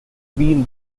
been